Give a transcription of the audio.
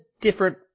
different